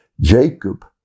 Jacob